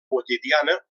quotidiana